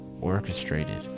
orchestrated